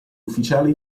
ufficiale